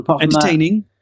Entertaining